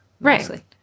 Right